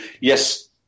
yes